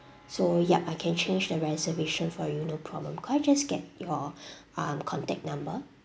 so yup I can change the reservation for you no problem could I just get your uh contact number